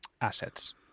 assets